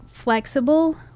flexible